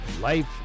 Life